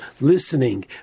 listening